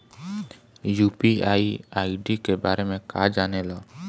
UPI ID के बारे में का जाने ल?